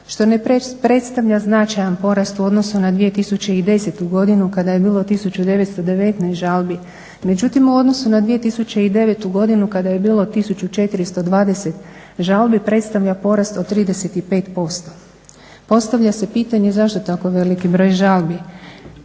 što ne predstavlja značajan porast u odnosu na 2010. godinu kada je bilo 1919 žalbi. Međutim, u odnosu na 2009. godinu kada je bilo 1420 žalbi predstavlja porast od 35%. Postavlja se pitanje zašto tako veliki broj žalbi?